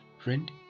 friend